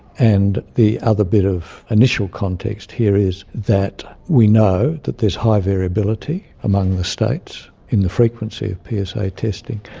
and the other bit of initial context here is that we know that there's high variability among the states in the frequency of psa ah testing.